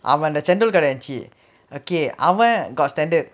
அவ அந்த:ava antha chendol இருந்துச்சி:irunthuchi okay அவ:ava got standard